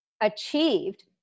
achieved